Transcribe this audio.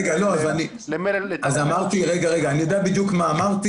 רגע, רגע, אני יודע בדיוק מה אמרתי.